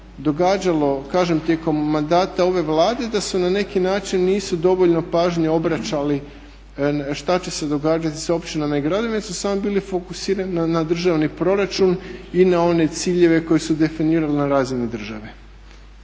događalo kažem tijekom mandata ove Vlade da se na neki način nisu dovoljno pažnje obraćali što će se događati sa općinama i gradovima, da su samo bili fokusirani na državni proračun i na one ciljeve koji su definirani na razini države.